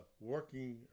working